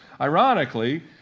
Ironically